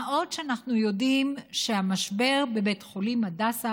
מה עוד שאנחנו יודעים שהמשבר בבית חולים הדסה,